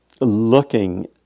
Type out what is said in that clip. looking